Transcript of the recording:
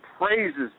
praises